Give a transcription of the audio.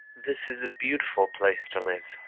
this is a beautiful place to live.